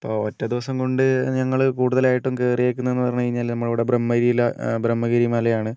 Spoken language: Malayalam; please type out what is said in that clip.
ഇപ്പം ഒറ്റ ദിവസം കൊണ്ട് ഞങ്ങൾ കൂടുതലായിട്ടും കയറിയിരിക്കുന്നത് എന്ന് പറഞ്ഞു കഴിഞ്ഞാൽ നമ്മളിവിടെ ബ്രഹ്മഗിരിയിലാ ബ്രഹ്മഗിരി മലയാണ്